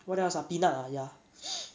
what else ah peanut ah ya